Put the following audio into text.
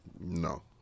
No